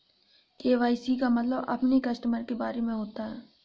KYC का मतलब अपने कस्टमर के बारे में होता है